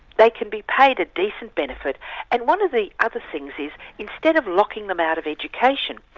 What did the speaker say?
they can be paid a decent benefit and one of the other things is, instead of locking them out of education,